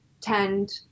tend